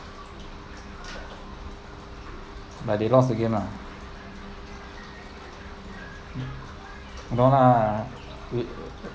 but they lost again lah